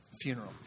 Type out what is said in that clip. funeral